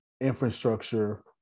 infrastructure